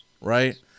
right